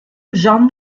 jean